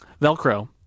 velcro